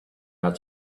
had